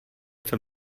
jsem